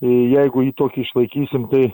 jeigu jį tokį išlaikysim tai